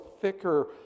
thicker